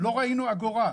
לא ראינו אגורה.